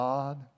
God